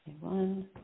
One